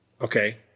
Okay